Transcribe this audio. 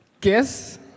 Guess